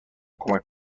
کمک